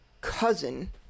cousin